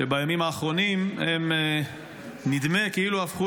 שבימים האחרונים נדמה שהם כאילו הפכו